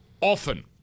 often